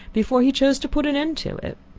before he chose to put an end to it.